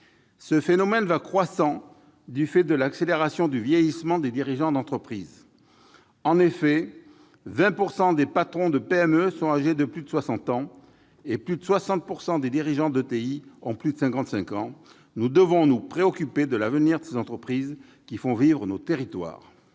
Ce phénomène va croissant, du fait de l'accélération du vieillissement des dirigeants d'entreprises. En effet, 20 % des patrons de PME sont âgés de plus de soixante ans, et plus de 60 % des dirigeants d'ETI ont plus de cinquante-cinq ans. Nous devons nous préoccuper de l'avenir de ces entreprises qui font vivre nos territoires.